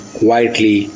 quietly